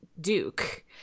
Duke